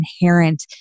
inherent